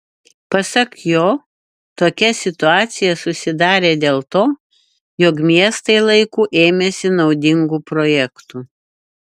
pasak jo tokia situacija susidarė dėl to jog miestai laiku ėmėsi naudingų projektų